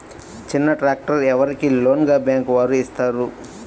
చిన్న ట్రాక్టర్ ఎవరికి లోన్గా బ్యాంక్ వారు ఇస్తారు?